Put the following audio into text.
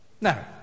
Now